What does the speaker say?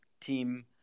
team